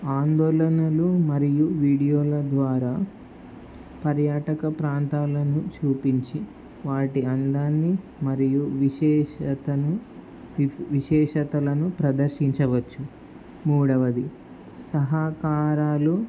ఆందోళనలు మరియు వీడియోల ద్వారా పర్యాటక ప్రాంతాలను చూపించి వాటి అందాన్ని మరియు విశేషతను విశేషతలను ప్రదర్శించవచ్చు మూడవది సహకారాలు